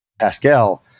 Pascal